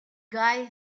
guy